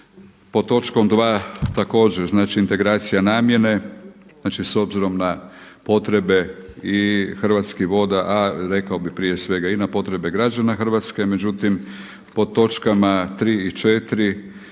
Pod točkom 2, također znači integracija namjene. S obzirom na potrebe i Hrvatskih voda, a rekao bih prije svega i na potrebe građana Hrvatske, međutim pod točkama 3 i 4